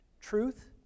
truth